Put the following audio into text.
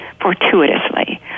fortuitously